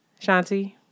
Shanti